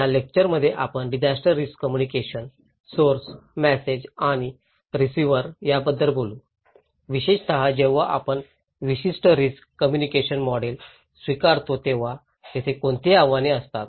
या लेक्चर मध्ये आम्ही disaster risk communication source message आणि रिसिव्हर याबद्दल बोलू विशेषत जेव्हा आपण विशिष्ट रिस्क कम्युनिकेशन मॉडेल स्वीकारतो तेव्हा तेथे कोणती आव्हाने असतात